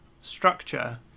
structure